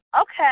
Okay